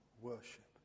worship